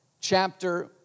chapter